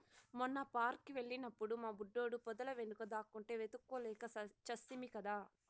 మొన్న పార్క్ కి వెళ్ళినప్పుడు మా బుడ్డోడు పొదల వెనుక దాక్కుంటే వెతుక్కోలేక చస్తిమి కదా